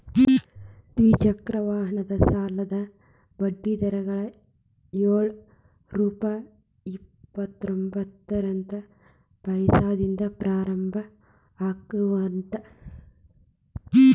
ದ್ವಿಚಕ್ರ ವಾಹನದ ಸಾಲದ ಬಡ್ಡಿ ದರಗಳು ಯೊಳ್ ರುಪೆ ಇಪ್ಪತ್ತರೊಬಂತ್ತ ಪೈಸೆದಿಂದ ಪ್ರಾರಂಭ ಆಗ್ತಾವ